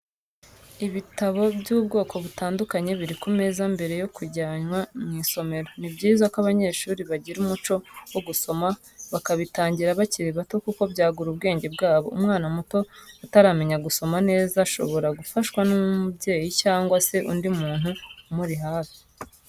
Ibitabo by'ubwoko butandukanye biri ku meza mbere yo kujyanwa mU isomero, ni byiza ko abanyeshuri bagira umuco wo gusoma bakabitangira bakiri bato kuko byagura ubwenge bwabo, umwana muto utaramenya gusoma neza shobora gufashwa n'umubyeyi cyangwa se undi muntu umuri hafi.